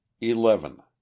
eleven